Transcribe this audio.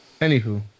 Anywho